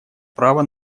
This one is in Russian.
право